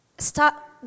Stop